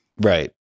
Right